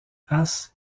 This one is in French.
haas